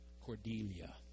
Cordelia